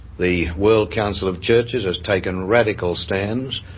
the world council of churches has taken radical stands.